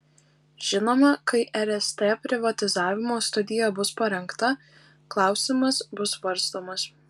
žinoma kai rst privatizavimo studija bus parengta klausimas bus svarstomas